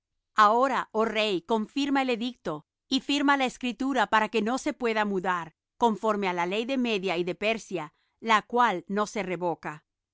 ahora oh rey confirma el edicto y firma la escritura para que no se pueda mudar conforme á la ley de media y de persia la cual no se revoca